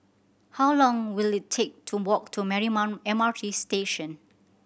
how long will it take to walk to Marymount M R T Station